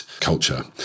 culture